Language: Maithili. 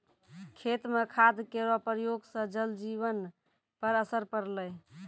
खेत म खाद केरो प्रयोग सँ जल जीवन पर असर पड़लै